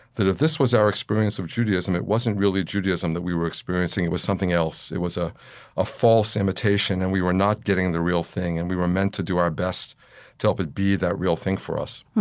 that if this was our experience of judaism, it wasn't really judaism that we were experiencing, it was something else. it was ah a false imitation, and we were not getting the real thing, and we were meant to do our best to help it be that real thing for us